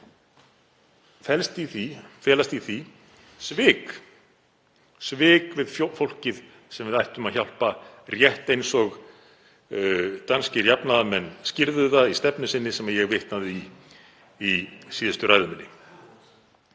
heldur felast í því svik við fólkið sem við ættum að hjálpa, rétt eins og danskir jafnaðarmenn skýrðu það í stefnu sinni sem ég vitnaði í í síðustu ræðu minni.